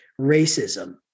racism